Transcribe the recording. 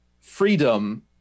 freedom